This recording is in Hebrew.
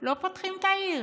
לא פותחים את העיר.